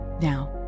Now